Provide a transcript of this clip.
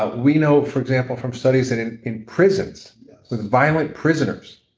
ah we know for example from studies in in prisons with violent prisoners,